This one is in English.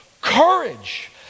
courage